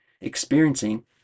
experiencing